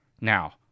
Now